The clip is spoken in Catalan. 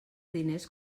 diners